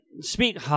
Speak